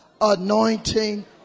anointing